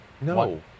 No